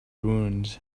ruined